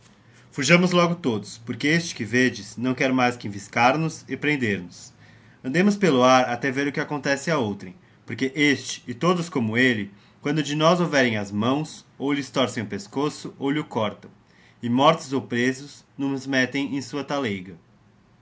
fujamos logo todos porque este que vedes não quer mais que enviscar nos e prender-nos andemos pelo ar até ver o que acontece a outrem porque este e todos como elle quantos de nós houverem ás mãos ou lhes torcem o pescoço ou lho cortão e mortos ou presos nos mettem em sua taleiga